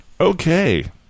Okay